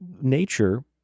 nature